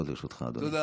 חמש דקות לרשותך, אדוני.